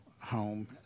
home